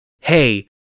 hey